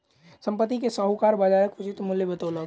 संपत्ति के साहूकार बजारक उचित मूल्य बतौलक